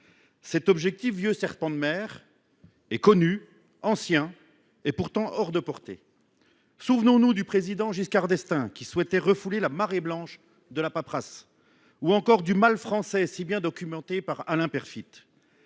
Cet objectif, vieux serpent de mer, est connu, ancien, et pourtant hors de portée. Souvenons nous du président Giscard d’Estaing, qui souhaitait « refouler la marée blanche de la paperasse », ou encore du « mal français », si bien documenté par Alain Peyrefitte.